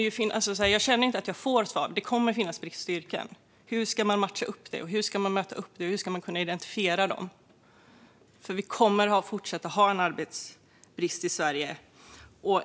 Men jag känner inte att jag får svar. Det kommer att finnas bristyrken. Hur ska man matcha det? Hur ska man möta upp det? Hur ska man kunna identifiera dem? Vi kommer att fortsätta att ha en arbetsbrist i Sverige.